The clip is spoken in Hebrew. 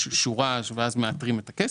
יש שורה, ואז מאתרים את הכסף.